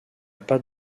pas